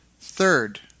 Third